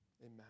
Amen